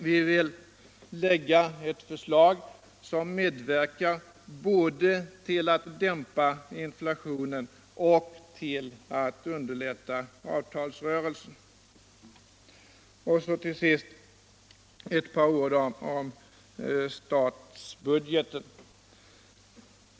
Vi vill lägga fram ett förslag som medverkar både till att dämpa inflationen och till att underlätta avtalsrörelsen. Så några ord om statsbudgeten.